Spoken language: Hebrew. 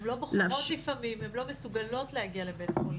הן לא בוחרות לפעמים הן לא מסוגלות להגיע לבית חולים.